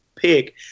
pick